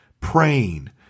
praying